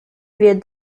wird